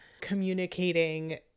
communicating